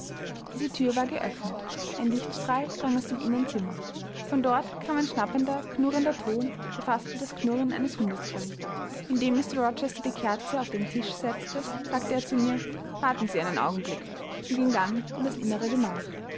diese thür war geöffnet ein lichtstrahl drang aus dem innern zimmer von dort kam ein schnappender knurrender ton der fast wie das knurren eines hundes klang indem mr rochester die kerze auf den tisch setzte sagte er zu mir warten sie einen augenblick und ging dann in das innere gemach